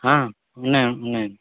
ఉన్నాయ్ ఉన్నాయ్